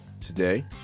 today